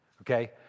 Okay